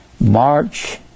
March